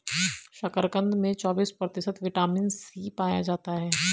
शकरकंद में चौबिस प्रतिशत विटामिन सी पाया जाता है